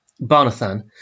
Barnathan